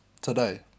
today